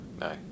no